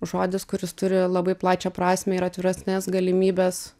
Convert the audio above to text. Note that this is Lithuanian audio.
žodis kuris turi labai plačią prasmę ir atviresnes galimybes